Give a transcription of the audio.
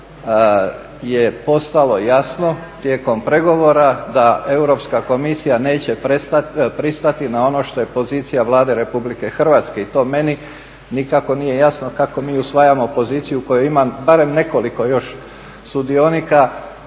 je postalo jasno tijekom pregovora da Europska komisija neće pristati na ono što je pozicija Vlade Republike Hrvatske i to meni nikako nije jasno kako mi usvajamo poziciju u kojoj ima barem nekoliko još sudionika,